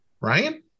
Ryan